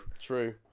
True